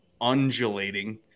undulating